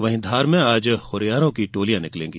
वहीं धार में आज हुरियारों की टोलियां निकलेंगी